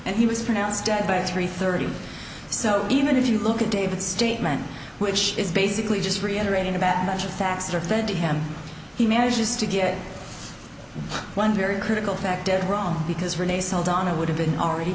and he was pronounced dead by three thirty so even if you look at david statement which is basically just reiterating about much facts are fed to him he manages to get one very critical fact dead wrong because rene soldano would have been already